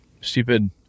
stupid